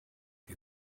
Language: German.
wir